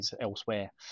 elsewhere